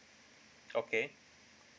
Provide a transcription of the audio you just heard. okay